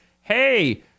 hey